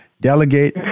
delegate